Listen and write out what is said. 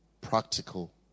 practical